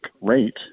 rate